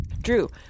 Drew